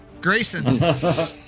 Grayson